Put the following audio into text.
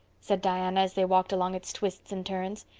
said diana, as they walked along its twists and turns.